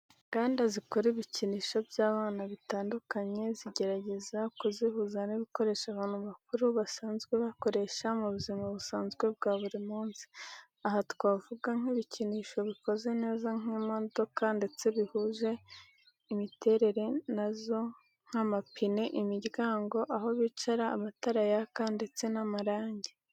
Inganda zikora ibikinisho by'abana bitandukanye zigerageza kuzihuza n'ibikoresho abantu bakuru basanzwe bakoreshwa mu buzima busanzwe bwa buri munsi. Aha twavuga nk'ibikinisho bikoze neza nk'imodoka ndetse bihuje imiterere nazo nk'amapine, imiryango, aho bicara, amatara yaka, ndetse n'amarange.